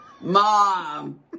Mom